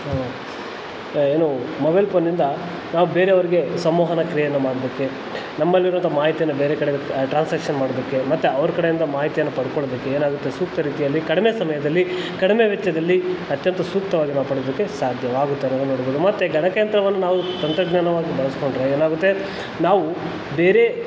ಏನು ಮೊಬೈಲ್ ಫೋನಿಂದ ನಾವು ಬೇರೆಯವರಿಗೆ ಸಂವಹನ ಕ್ರಿಯೆಯನ್ನು ಮಾಡಲಿಕ್ಕೆ ನಮ್ಮಲ್ಲಿರೋಂಥ ಮಾಹಿತಿಯನ್ನು ಬೇರೆ ಕಡೆಗೆ ಟ್ರಾನ್ಸಾಕ್ಷನ್ ಮಾಡೋದಕ್ಕೆ ಮತ್ತು ಅವರ ಕಡೆಯಿಂದ ಮಾಹಿತಿಯನ್ನು ಪಡ್ಕೊಳೊದಕ್ಕೆ ಏನಾಗುತ್ತೆ ಸೂಕ್ತ ರೀತಿಯಲ್ಲಿ ಕಡಿಮೆ ಸಮಯದಲ್ಲಿ ಕಡಿಮೆ ವೆಚ್ಚದಲ್ಲಿ ಅತ್ಯಂತ ಸೂಕ್ತವಾಗಿರೋದನ್ನು ಪಡೆಯೋದಕ್ಕೆ ಸಾಧ್ಯವಾಗುತ್ತೆ ಅನ್ನೋದನ್ನು ನಾವು ನೋಡ್ಬೋದು ಮತ್ತು ಗಣಕಯಂತ್ರವನ್ನು ನಾವು ತಂತ್ರಜ್ಞಾನವಾಗಿ ಬಳ್ಸ್ಕೊಂಡ್ರೆ ಏನಾಗುತ್ತೆ ನಾವು ಬೇರೆ